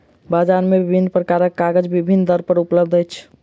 बजार मे विभिन्न प्रकारक कागज विभिन्न दर पर उपलब्ध अछि